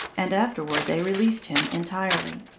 and afterward they released him entirely.